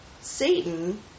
Satan